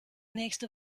nächste